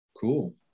cool